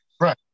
right